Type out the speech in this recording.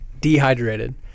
Dehydrated